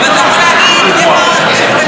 אבל אתה יכול להגיד איפה גדלנו.